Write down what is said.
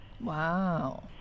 Wow